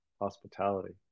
hospitality